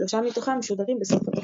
ושלושה מתוכם משודרים בסוף התוכנית.